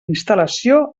instal·lació